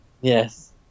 yes